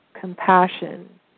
compassion